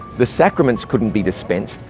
the sacraments couldn't be dispensed,